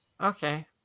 Okay